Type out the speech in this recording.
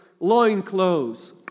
loinclothes